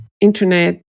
internet